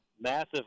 massive